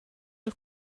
dal